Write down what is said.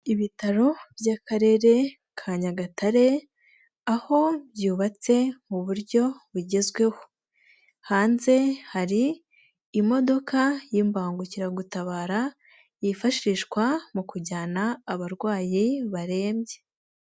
Ibitaro by'Akarere ka Nyagatare, aho byubatse mu buryo bugezweho, hanze hari imodoka y'imbangukiragutabara, yifashishwa mu kujyana, abarwayi barembye.